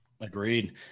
Agreed